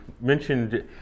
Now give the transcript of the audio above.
mentioned